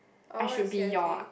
oh I see I see